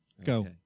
Go